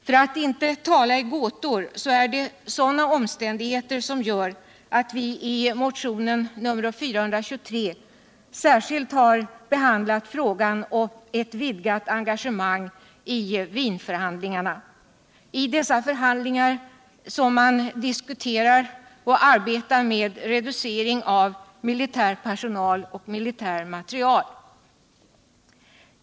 För alt inte tala i gåtor är det sådana omständigheter som gör utt vi i motionen 423 särskilt har behandlat frågan om ett vidgat engagemang i Wienförhandlingarna, där man diskuterar och arbetar med reducering av militär personal och militär materiel.